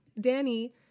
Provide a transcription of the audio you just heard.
Danny